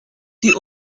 die